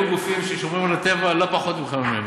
היו גופים ששומרים על הטבע לא פחות ממך וממני,